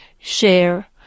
share